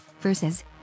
versus